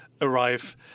arrive